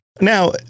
Now